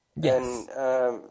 Yes